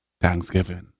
Thanksgiving